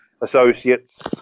associates